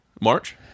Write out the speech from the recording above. March